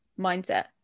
mindset